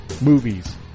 movies